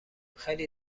خیلی